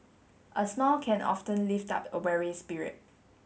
a smile can often lift up a weary spirit